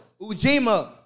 Ujima